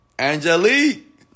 angelique